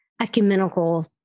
ecumenical